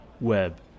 web